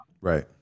Right